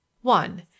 one